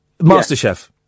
Masterchef